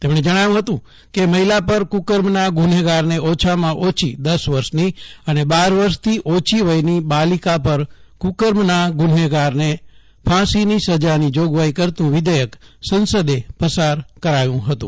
તેમણે જણાવ્યું હતું કે મહિલા પર કુકર્મના ગુન્હેગારને ઓછામાં ઓછી દસ વર્ષની અને બાર વર્ષથી ઓછી વયની બાલિકા પર ક્રકર્મના ગુન્હેગારને ફાંસીની સજાની જોગવાઈ કરતું વિષેયક સંસદે પસાર કરાવ્યું હતું